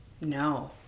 no